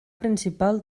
principal